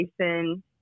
Jason